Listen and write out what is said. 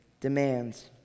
demands